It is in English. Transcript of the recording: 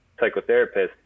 psychotherapist